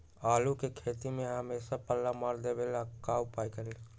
आलू के खेती में हमेसा पल्ला मार देवे ला का उपाय करी?